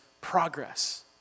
progress